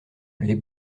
les